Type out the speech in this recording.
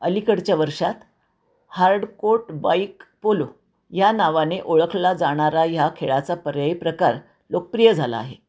अलीकडच्या वर्षात hardcourt bike polo या नावाने ओळखला जाणारा ह्या खेळाचा पर्यायी प्रकार लोकप्रिय झाला आहे